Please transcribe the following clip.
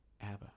ABBA